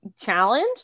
challenge